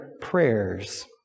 prayers